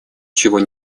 чего